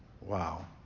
Wow